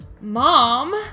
Mom